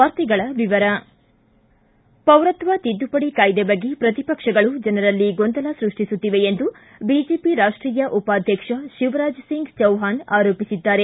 ವಾರ್ತೆಗಳ ವಿವರ ಪೌರತ್ವ ತಿದ್ದುಪಡಿ ಕಾಯ್ದೆ ಬಗ್ಗೆ ಪ್ರತಿಪಕ್ಷಗಳು ಜನರಲ್ಲಿ ಗೊಂದಲ ಸೃಷ್ಟಿಸುತ್ತಿವೆ ಎಂದು ಬಿಜೆಪಿ ರಾಷ್ಷೀಯ ಉಪಾಧ್ಯಕ್ಷ ಶಿವರಾಜ್ಸಿಂಗ್ ಚೌಹಾನ್ ಆರೋಪಿಸಿದ್ದಾರೆ